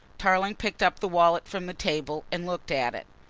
tarling picked up the wallet from the table and looked at it.